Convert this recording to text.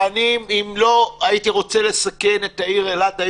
אם הייתי רוצה לסכן את העיר אילת,